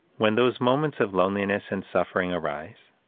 when those moments of loneliness and suffering arise,